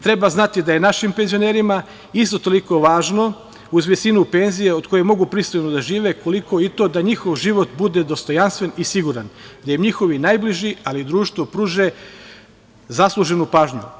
Treba znati da je našim penzionerima isto toliko važno uz visinu penzije od koje mogu pristojno da žive koliko i to da njihov život bude dostojanstven i siguran, da im njihovi najbliži, ali i društvo pruže zasluženu pažnju.